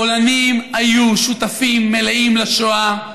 הפולנים היו שותפים מלאים לשואה,